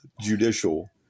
judicial